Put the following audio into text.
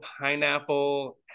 pineapple